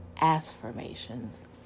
affirmations